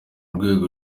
rwego